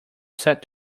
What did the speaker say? set